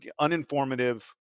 uninformative